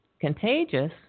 contagious